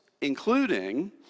including